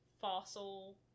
fossil